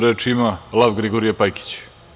Reč ima Lav-Grigorije Pajkić.